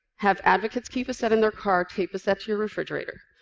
have advocates keep a set in their car. tape a set to your refrigerator.